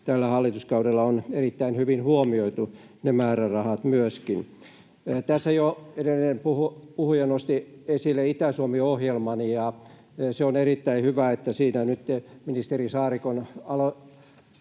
tällä hallituskaudella on erittäin hyvin huomioitu määrärahoissa. Tässä jo edellinen puhuja nosti esille Itä-Suomi-ohjelman. On erittäin hyvä, että nyt ministeri Saarikon